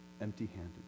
Empty-handed